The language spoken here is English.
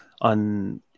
on